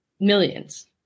millions